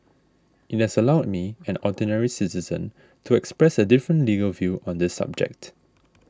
it has allowed me an ordinary citizen to express a different legal view on this subject